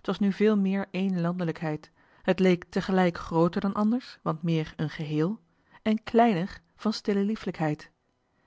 t was nu veel meer één landelijkheid het leek tegelijk grooter dan anders want meer een gehéél en kleiner van stille liefelijkheid